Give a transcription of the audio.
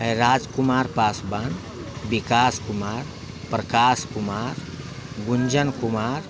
Rajkumar Paswan Vikas Kumar Prakash Kumar Gunjan Kumar